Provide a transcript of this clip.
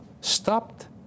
stopped